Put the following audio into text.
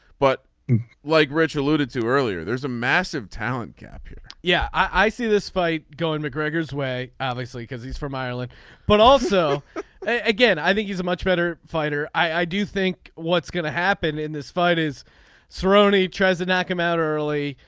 but like reggie alluded to earlier there's a massive talent gap here. yeah i see this fight going mcgregor's way obviously because he's from ireland but also again i think he's a much better fighter. i do think what's going to happen in this fight is thrown he tries to knock him out early.